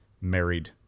married